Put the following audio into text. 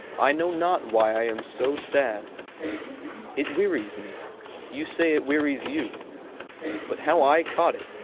i know not why i am so sad it wearies me you say it wearies you but how i caught it,